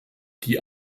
die